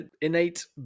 innate